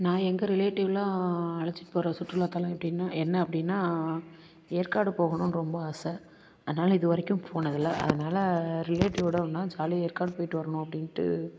நான் எங்கள் ரிலேட்டிவ்லாம் அழைச்சிட்டு போகிற சுற்றுலாத்தலம் எப்படின்னா என்ன அப்படின்னா ஏற்காடு போகணுன்னு ரொம்ப ஆசை அதனால் இது வரைக்கும் போனதில்லை அதனால் ரிலேட்டிவோடு ஒரு நாள் ஜாலியாக ஏற்காடு போயிட்டு வரணும் அப்படின்ட்டு